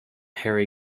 harry